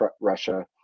Russia